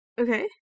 Okay